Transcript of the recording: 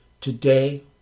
Today